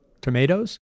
tomatoes